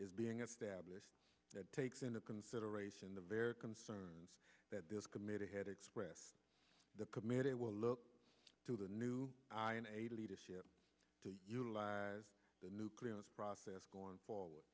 is being established that takes into consideration the very concerns that this committee had expressed the committee will look to the new i n eight leadership to utilize the new clearance process going forward